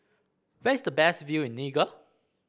where is the best view in Niger